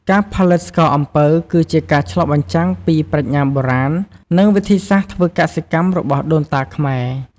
ការផលិតស្ករអំពៅ គឺជាការឆ្លុះបញ្ចាំងពីប្រាជ្ញាបុរាណ និងវិធីសាស្ត្រធ្វើកសិកម្មរបស់ដូនតាខ្មែរ។